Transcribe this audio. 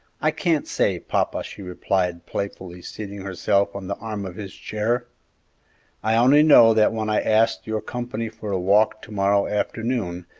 i can't say, papa, she replied, playfully seating herself on the arm of his chair i only know that when i asked your company for a walk to-morrow afternoon,